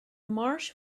marsh